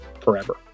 forever